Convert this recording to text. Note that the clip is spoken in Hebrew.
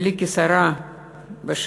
ולי כשרה חשוב לעלות,